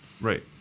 Right